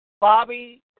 Bobby